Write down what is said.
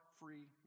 free